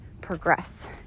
progress